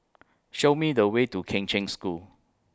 Show Me The Way to Kheng Cheng School